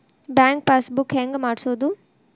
Bank pass book ಹೆಂಗ್ ಮಾಡ್ಸೋದು?